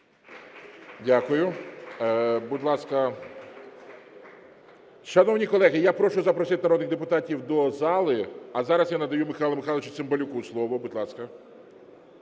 Дякую. Будь ласка. Шановні колеги, я прошу запросити народних депутатів до зали. А зараз я надаю Михайлу Михайловичу Цимбалюку слово, будь ласка.